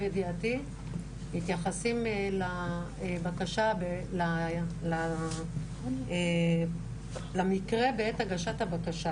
ידיעתי מתייחסים למקרה בעת הגשת הבקשה.